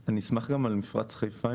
נשמח אם תוכלי לדבר גם על מפרץ חיפה.